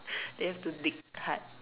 you have to dig hard